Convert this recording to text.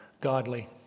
godly